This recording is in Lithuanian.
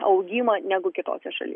augimą negu kitose šaly